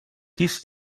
this